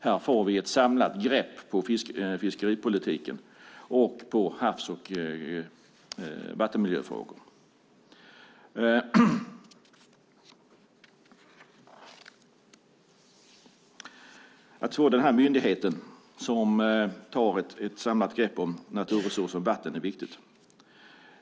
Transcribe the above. Härigenom får vi ett samlat grepp om fiskeripolitiken och om havs och vattenmiljöfrågor. Att få denna myndighet som tar ett samlat grepp om naturresursen vatten är viktigt.